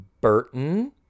Burton